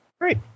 great